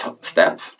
step